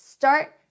Start